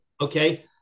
Okay